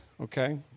okay